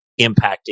impacting